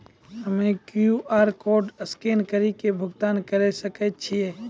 हम्मय QR code scan कड़ी के भुगतान करें सकय छियै?